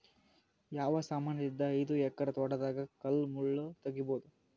ಯಾವ ಸಮಾನಲಿದ್ದ ಐದು ಎಕರ ತೋಟದಾಗ ಕಲ್ ಮುಳ್ ತಗಿಬೊದ?